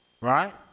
right